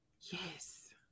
Yes